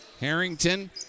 Harrington